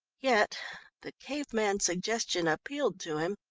yet the cave-man suggestion appealed to him.